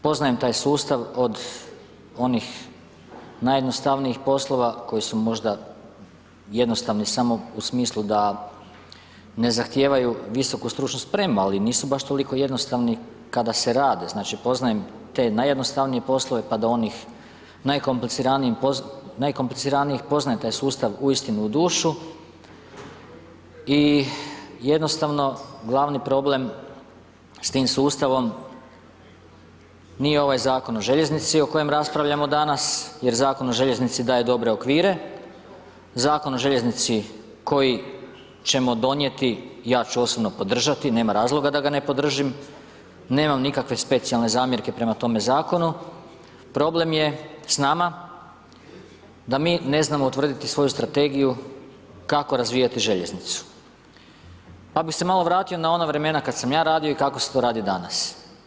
Poznajem taj sustav od onih najjednostavnijih poslova koji su možda jednostavni samo u smislu da ne zahtijevaju visoku stručnu spremu ali nisu baš toliko jednostavni kada se rade, znači poznajem te najjednostavnije poslove pa do onih najkompliciranijih, poznajem taj sustav uistinu u dušu i jednostavno glavni problem s tim sustavom nije ovaj Zakon o željeznici o kojem raspravljamo danas jer Zakon o željeznici daje dobre okvire, Zakon o željeznici koji ćemo donijeti, ja ču osobno podržati, nema razloga da ga ne podržim, nemam nikakve specijalne zamjerke prema tome zakonu, problem je s nama da bi ne znamo utvrditi svoju strategiju kako razvijati željeznicu pa bi se malo vratio na ona vremena kad sam ja radio i kako se to radi danas.